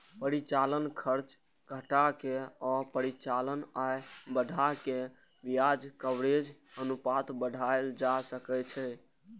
परिचालन खर्च घटा के आ परिचालन आय बढ़ा कें ब्याज कवरेज अनुपात बढ़ाएल जा सकै छै